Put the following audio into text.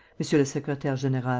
monsieur le secretaire-general?